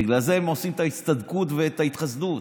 בגלל זה הם עושים את ההצטדקות ואת ההתחסדות,